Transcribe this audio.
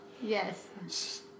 Yes